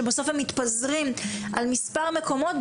שבסוף הם מתפזרים על מספר מקומות,